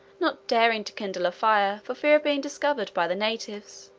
not daring to kindle a fire, for fear of being discovered by the natives.